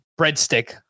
breadstick